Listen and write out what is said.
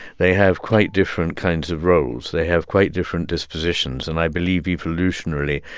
they have quite different kinds of roles. they have quite different dispositions. and i believe evolutionarily,